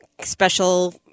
special